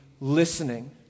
listening